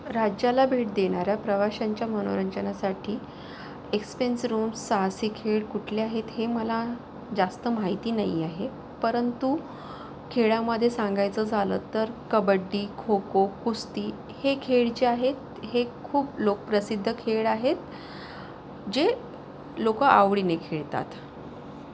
राज्याला भेट देणाऱ्या प्रवाशांच्या मनोरंजनासाठी एक्सपेंस रूम्स साहसी खेळ कुठले आहेत हे मला जास्त माहिती नाही आहे परंतु खेळामध्ये सांगायचं झालं तर कबड्डी खो खो कुस्ती हे खेळ जे आहेत हे खूप लोकप्रसिद्ध खेळ आहेत जे लोकं आवडीने खेळतात